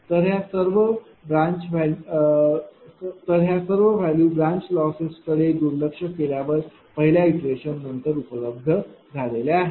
तर ह्या सर्व व्हॅल्यू ब्रांच लॉसेस कडे दुर्लक्ष केल्यावर पहिल्या इटरेशन नंतर उपलब्ध आहेत